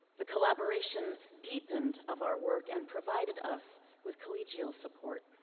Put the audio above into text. the collaboration deepened of our work and provided us with collegial support.